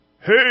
Hey